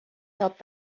تاپ